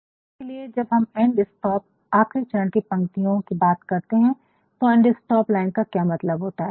उदाहरण के लिए जब हम एन्ड स्टॉप लाइन्स आखिरी चरण की पंक्तियों की बात करते है तो एन्ड स्टॉप लाइन्स का क्या मतलब होता है